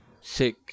Sick